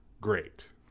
great